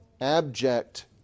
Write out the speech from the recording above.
abject